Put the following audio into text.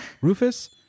Rufus